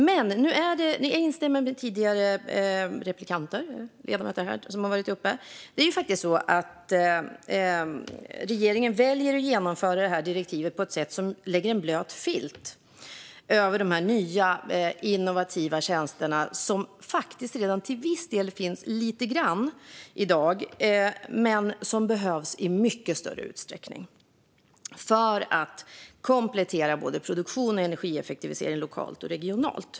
Jag instämmer med tidigare replikörer - det är faktiskt så att regeringen väljer att genomföra detta direktiv på ett sätt som lägger en blöt filt över de nya innovativa tjänster som till viss del - lite grann - redan finns men som behövs i mycket större utsträckning för att komplettera produktion och energieffektivisering både lokalt och regionalt.